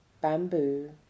bamboo